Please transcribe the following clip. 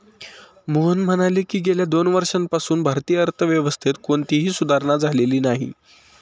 मोहन म्हणाले की, गेल्या दोन वर्षांपासून भारतीय अर्थव्यवस्थेत कोणतीही सुधारणा झालेली नाही